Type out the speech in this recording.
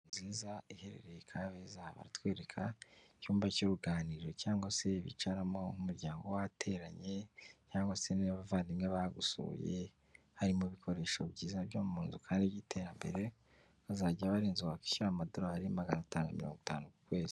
Inzuza nziza iherereye Kabeza baratwere icyumba cy'uruganiriro cyangwa se bicaramo umuryango wateranye cyangwa se n'abavandimwe bagusuye harimo ibikoresho byiza byo mu nzu kandi by'iterambere, aza aba ari inzu wakwishyura amadorari magana atanu mirongo itanu ku kwezi.